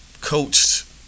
Coached